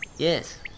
Yes